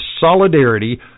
solidarity